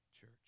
church